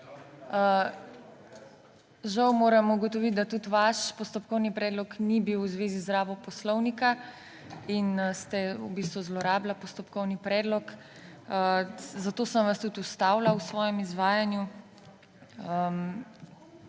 Žal moram ugotoviti, da tudi vaš postopkovni predlog ni bil v zvezi z rabo poslovnika in ste v bistvu zlorabili postopkovni predlog, zato sem vas tudi ustavila v svojem izvajanju.